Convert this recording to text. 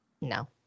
No